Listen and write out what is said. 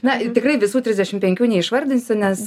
na tikrai visų trisdešimt penkių neišvardinsiu nes